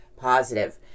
positive